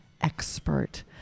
expert